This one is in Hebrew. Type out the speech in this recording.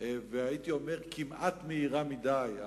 והייתי אומר כמעט מהירה מדי.